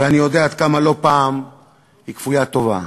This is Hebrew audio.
ואני יודע עד כמה לא פעם היא כפוית טובה,